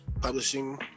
publishing